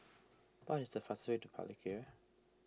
what is the fastest way to Palikir